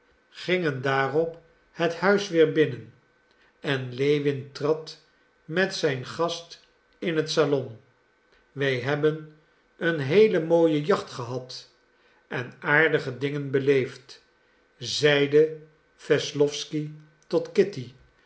gingen daarop het huis weer binnen en lewin trad met zijn gast in het salon wij hebben een heele mooie jacht gehad en aardige dingen beleefd zeide wesslowsky tot kitty